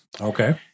Okay